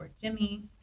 Jimmy